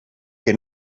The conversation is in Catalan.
que